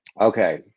Okay